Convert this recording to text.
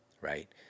right